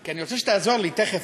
כי אני רוצה שתעזור לי תכף.